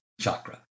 chakra